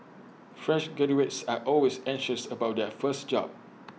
fresh graduates are always anxious about their first job